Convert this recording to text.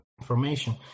information